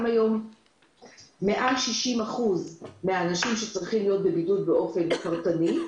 היום מעל 60% מהאנשים שצריכים להיות בבידוד באופן פרטני.